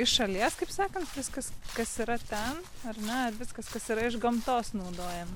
iš šalies kaip sakant viskas kas yra ten ar ne viskas kas yra iš gamtos naudojama